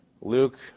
Luke